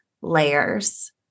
layers